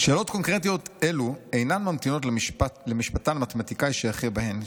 שאלות קונקרטיות אלו אינן ממתינות למשפטן מתמטיקאי שיכריע בהן,